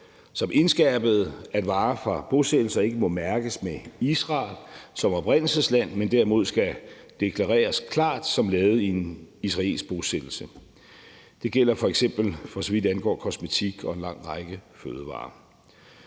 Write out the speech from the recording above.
som indskærpede, at varer fra bosættelser ikke må mærkes med Israel som oprindelsesland, men derimod klart skal deklareres som lavet i en israelsk bosættelse. Det gælder f.eks., for så vidt angår kosmetik og en lang række fødevarer.